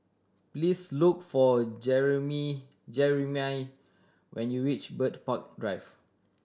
please look for Jerimy when you reach Bird Park Drive